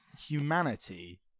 humanity